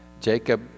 Jacob